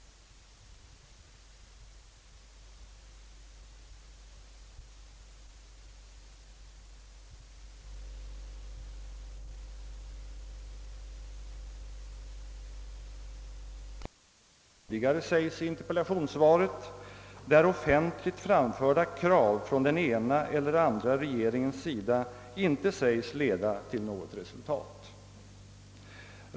Denna starka och riktiga uppskattning av opinionens roll tycks mig stå i motsättning till vad som något tidigare sägs i interpellationssvaret, där offentligt framförda krav från den ena eller andra regeringens sida inte sägs leda till något resultat.